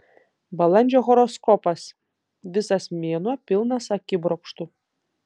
balandžio horoskopas visas mėnuo pilnas akibrokštų